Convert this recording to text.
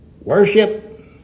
Worship